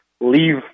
leave